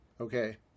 okay